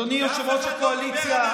אדוני יושב-ראש הקואליציה,